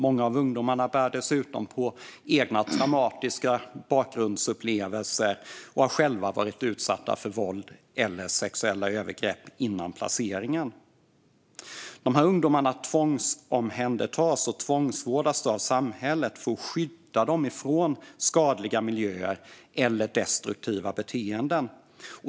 Många av ungdomarna bär dessutom på traumatiska bakgrundsupplevelser och har själva varit utsatta för våld eller sexuella övergrepp före placeringen. Dessa ungdomar tvångsomhändertas och tvångsvårdas av samhället för att skydda dem från skadliga miljöer eller destruktiva beteenden.